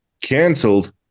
cancelled